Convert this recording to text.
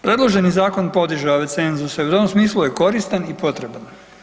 Predloženi Zakon podiže ove cenzuse, u tom smislu je koristan i potreban.